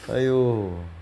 !aiyo!